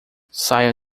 saia